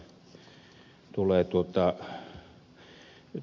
täällä kerrottiin ed